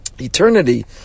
eternity